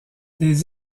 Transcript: des